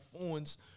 phones